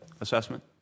assessment